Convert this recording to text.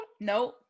No